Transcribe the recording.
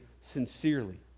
sincerely